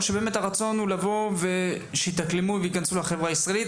או שהרצון הוא שיתאקלמו בחברה הישראלית?